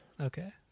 Okay